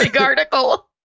article